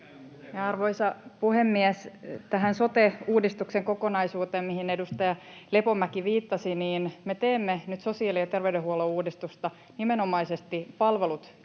Arvoisa puhemies! Tähän sote-uudistuksen kokonaisuuteen, mihin edustaja Lepomäki viittasi: Me teemme nyt sosiaali- ja terveydenhuollon uudistusta nimenomaisesti palvelut edellä.